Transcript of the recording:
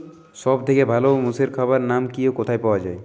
সব থেকে ভালো মোষের খাবার নাম কি ও কোথায় পাওয়া যায়?